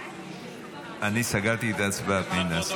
אני סגרתי את ההצבעה, פנינה.